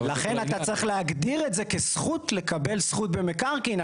אתה צריך להגיד את זה כזכות לקבל זכות במקרקעין.